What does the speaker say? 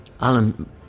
Alan